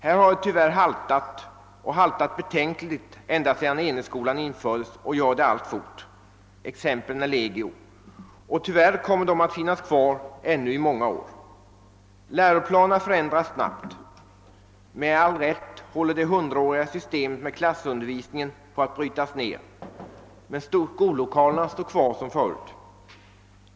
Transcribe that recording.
Här har det tyvärr haltat och haltat betänkligt ända sedan enhetsskolan infördes, och det gör det alltfort. Exemplen är legio, och tyvärr kommer de att finnas kvar i ännu många år. Läroplanerna förändras snabbt. Med all rätt håller det hundraåriga systemet med klassundervisning på att brytas ned, men skollokalerna står kvar som förut.